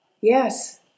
Yes